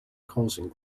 causing